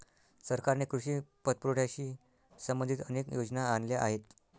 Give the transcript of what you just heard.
सरकारने कृषी पतपुरवठ्याशी संबंधित अनेक योजना आणल्या आहेत